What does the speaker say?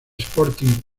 sporting